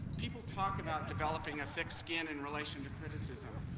people talk about developing a thick skin in relation to criticism,